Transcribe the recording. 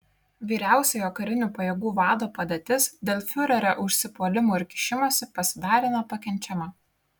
vyriausiojo karinių pajėgų vado padėtis dėl fiurerio užsipuolimų ir kišimosi pasidarė nepakenčiama